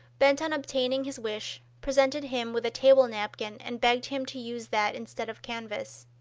bent on obtaining his wish, presented him with a table napkin and begged him to use that instead of canvas.